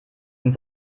wenn